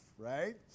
right